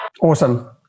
awesome